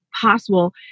possible